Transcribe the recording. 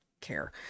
care